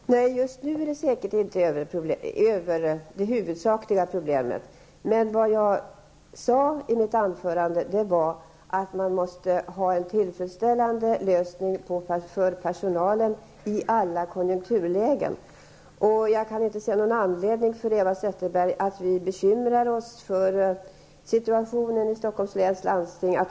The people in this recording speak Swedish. Herr talman! Just nu är detta säkert inte det huvudsakliga problemet. Vad jag sade i mitt anförande var att man måste ha en tillfredsställande lösning för personalen i alla konjunkturlägen. Jag tror inte Eva Zetterberg och jag har anledning att bekymra oss för situationen i Stockholms läns landsting.